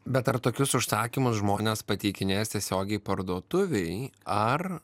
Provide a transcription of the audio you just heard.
bet ar tokius užsakymus žmonės pateikinės tiesiogiai parduotuvėj ar